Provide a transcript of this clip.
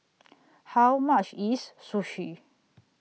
How much IS Sushi